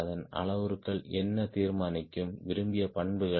அதன் அளவுருக்கள் என்ன தீர்மானிக்கும் விரும்பிய பண்புகள்